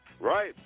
Right